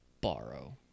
borrow